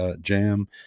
jam